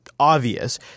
Obvious